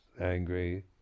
angry